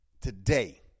Today